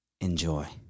Enjoy